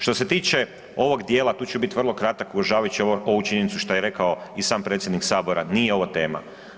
Što se tiče ovog dijela, tu ću bit vrlo kratak uvažavajući ovu činjenicu što je rekao i sam predsjednik sabora, nije ovo tema.